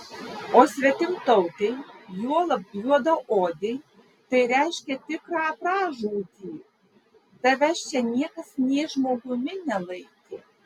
o svetimtautei juolab juodaodei tai reiškė tikrą pražūtį tavęs čia niekas nė žmogumi nelaikė